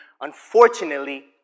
unfortunately